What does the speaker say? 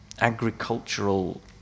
agricultural